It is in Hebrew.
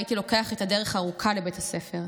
הייתי לוקח את הדרך הארוכה לבית הספר.